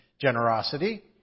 generosity